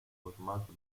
formato